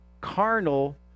carnal